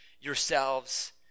yourselves